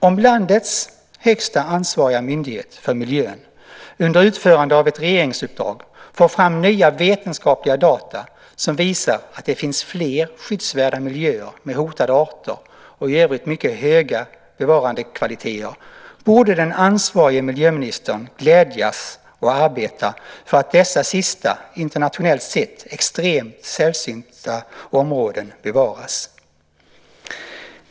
Om landets högsta ansvariga myndighet för miljön under utförande av ett regeringsuppdrag får fram nya vetenskapliga data som visar att det finns fler skyddsvärda miljöer med hotade arter och i övrigt mycket höga bevarandekvaliteter, borde den ansvariga miljöministern glädjas och arbeta för att dessa sista internationellt sett extremt sällsynta områden bevaras.